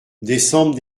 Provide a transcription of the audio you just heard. décembre